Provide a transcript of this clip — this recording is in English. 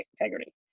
integrity